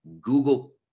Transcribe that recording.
Google